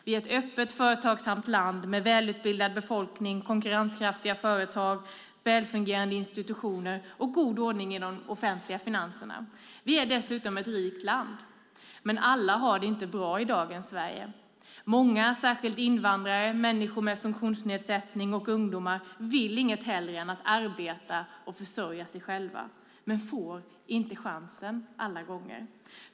Vi är ett öppet, företagsamt land med en välutbildad befolkning, konkurrenskraftiga företag, välfungerade institutioner och god ordning i de offentliga finanserna. Vi är dessutom ett rikt land. Men alla har det inte bra i dagens Sverige. Många, särskilt invandrare, människor med funktionsnedsättning och unga, vill inget hellre än arbeta och försörja sig själva, men de får inte chansen alla gånger.